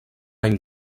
any